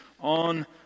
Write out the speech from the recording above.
on